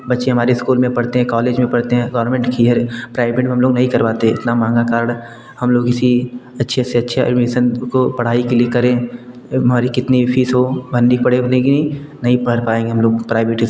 बच्चे हमारे इस्कूल में पढ़ते हैं कॉलेज में पढ़ते हैं गौरमेंट किए है प्राइवेट में हम लोग नहीं करवाते इतनी महंगा कार्ड हम लोग इसी अच्छे से अच्छे एडमीसन को पढ़ाई के लिए करें हमारी कितनी भी फ़ीस हो भरनी पड़े बनेगी नहीं पढ़ पाएँगे हम लोग प्राइवेट